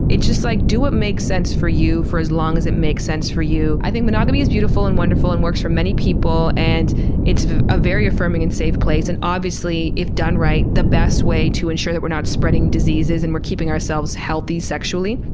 just like do what makes sense for you for as long as it makes sense for you. i think monogamy is beautiful, and wonderful, and works for many people, and it's a very affirming and safe place, and obviously, if done right, the best way to ensure that we're not spreading diseases and we're keeping ourselves healthy sexually.